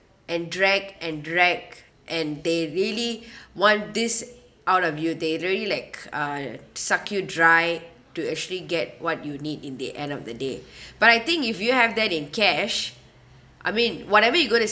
and drag and drag and they really want this out of you they really like uh suck you dry to actually get what you need in the end of the day but I think if you have that in cash I mean whatever you got to